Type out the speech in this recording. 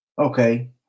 Okay